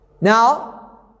Now